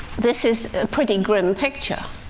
this is a pretty grim picture.